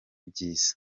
byiza